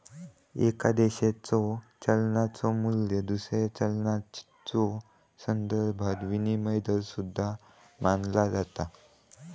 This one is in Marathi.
एका देशाच्यो चलनाचो मू्ल्य दुसऱ्या चलनाच्यो संदर्भात विनिमय दर सुद्धा मानला जाता